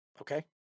Okay